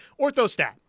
Orthostat